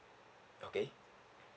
okay